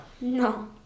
No